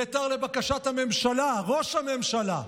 נעתר לבקשת הממשלה, ראש הממשלה,